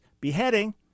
beheading